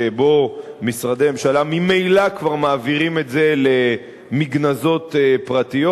שבו משרדי הממשלה ממילא כבר מעבירים את זה למגנזות פרטיות,